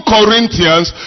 Corinthians